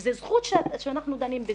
וזו זכות שאנחנו דנים בזה,